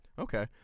Okay